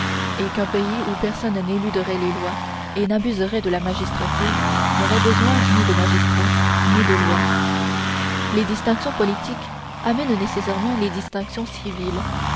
et qu'un pays où personne n'éluderait les lois et n'abuserait de la magistrature n'aurait besoin ni de magistrats ni de lois les distinctions politiques amènent nécessairement les distinctions civiles